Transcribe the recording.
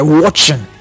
watching